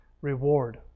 Reward